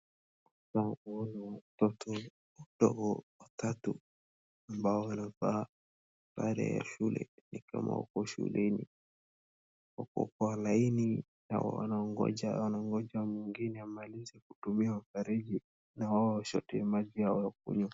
Hapa naona watoto wadogo watatu ambao wanavaa sare ya shule ama wako shuleni wako kwa laini na wanongoja hao watoto wengine wamalize kutumia mfereji na wao wachote maji yao wakunywe.